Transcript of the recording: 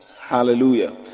Hallelujah